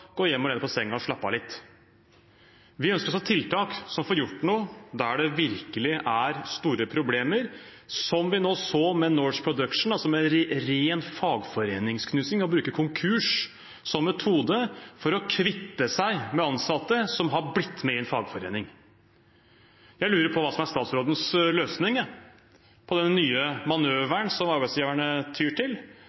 gå hjem og legg deg på senga og slapp av litt. Vi ønsker tiltak som får gjort noe der det virkelig er store problemer, som vi nå så med Norse Production, altså en ren fagforeningsknusing: å bruke konkurs som metode for å kvitte seg med ansatte som har blitt med i en fagforening. Jeg lurer på hva som er statsrådens løsning på denne nye